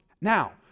Now